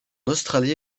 australie